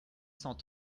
cent